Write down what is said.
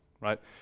right